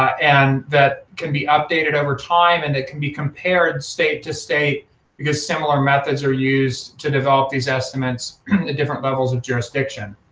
and that can be updated over time, and it can be compared state to state because similar methods are used to develop these estimates, the different levels of jurisdiction.